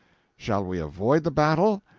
shall we avoid the battle,